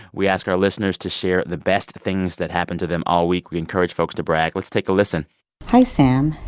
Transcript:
we ask our listeners to share the best things that happened to them all week. we encourage folks to brag. let's take a listen hi, sam.